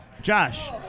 Josh